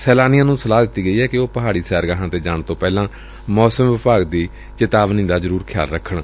ਸੈਲਾਨੀਆਂ ਨੂੰ ਸਲਾਹ ਦਿੱਤੀ ਗਈ ਏ ਕਿ ਉਹ ਪਹਾੜੀ ਸੈਰਗਾਹਾਂ ਤੇ ਜਾਣ ਤੋਂ ਪਹਿਲਾਂ ਮੌਸਮ ਵਿਭਾਗ ਦੀ ਚੇਤਾਵਨੀ ਦਾ ਖਿਆਲ ਰੱਖਣ